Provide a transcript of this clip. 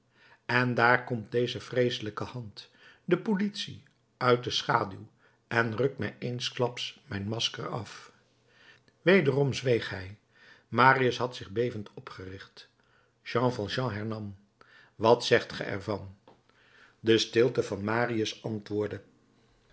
en daar komt deze vreeselijke hand de politie uit de schaduw en rukt mij eensklaps mijn masker af wederom zweeg hij marius had zich bevend opgericht jean valjean hernam wat zegt ge ervan de stilte van marius antwoordde